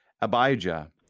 Abijah